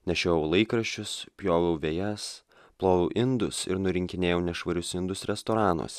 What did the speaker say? nešiojau laikraščius pjoviau vejas ploviau indus ir nurinkinėjau nešvarius indus restoranuos